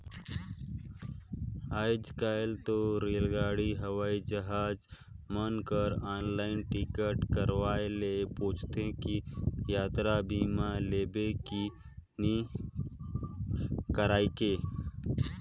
आयज कायल तो रेलगाड़ी हवई जहाज मन कर आनलाईन टिकट करवाये ले पूंछते कि यातरा बीमा लेबे की नही कइरके